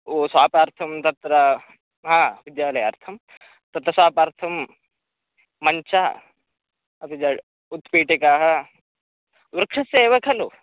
उ स्वापार्थं तत्र हा विद्यालयार्थं तत्र स्वापार्थं मञ्चः अपि ज उत्पीठिकाः वृक्षस्य एव खलु